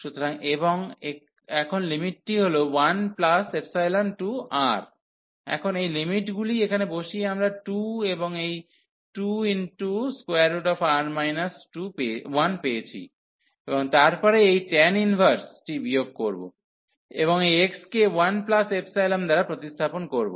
সুতরাং এবং এখন লিমিটটি হল 1ϵ টু R 1ϵ to R এখন এই লিমিটগুলি এখানে বসিয়ে আমরা 2 এবং এই 2R 1 পেয়েছি এবং তারপরে এই tan 1 টি বিয়োগ করব এবং এই x কে 1ϵ দ্বারা প্রতিস্থাপিত করব